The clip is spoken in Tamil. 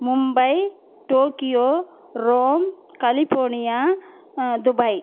Mumbai Tokyo Rome California Dubai